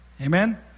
Amen